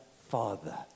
Father